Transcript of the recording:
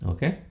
Okay